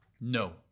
No